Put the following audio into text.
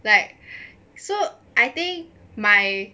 like so I think my